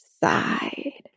side